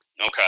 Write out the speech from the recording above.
Okay